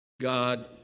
God